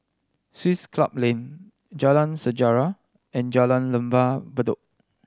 Swiss Club Lane Jalan Sejarah and Jalan Lembah Bedok